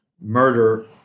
murder